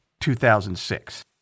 2006